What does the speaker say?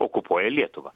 okupuoja lietuvą